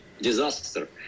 disaster